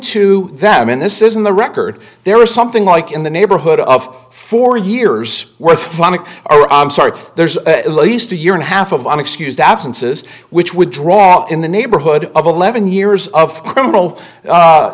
to them and this isn't the record there is something like in the neighborhood of four years was plenty are i'm sorry there's at least a year and a half of i'm excused absences which would drop in the neighborhood of eleven years of criminal